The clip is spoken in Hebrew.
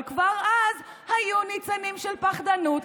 אבל כבר אז היו ניצנים של פחדנות.